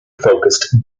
focused